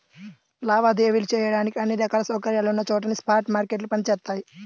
లావాదేవీలు చెయ్యడానికి అన్ని రకాల సౌకర్యాలున్న చోటనే స్పాట్ మార్కెట్లు పనిచేత్తయ్యి